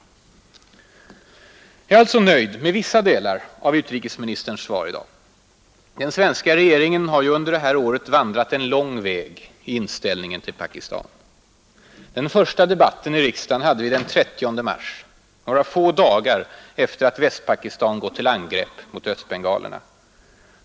Jag är alltså nöjd med vissa delar av utrikesministerns svar i dag. Den svenska regeringen har ju under det här året vandrat en lång väg i inställningen till Pakistan, Den första debatten i riksdagen hade vi den 30 mars, några få dagar efter att Västpakistan gått till angrepp mot östbengalerna.